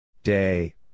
Day